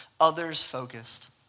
others-focused